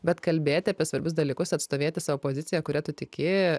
bet kalbėti apie svarbius dalykus atstovėti savo poziciją kuria tu tiki